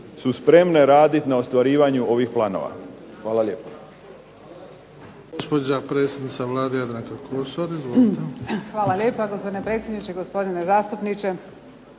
su spremne raditi na ostvarivanju ovih planova? Hvala lijepo.